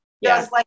Yes